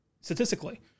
statistically